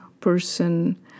person